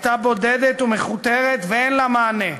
הייתה בודדת ומכותרת ואין לה מענה.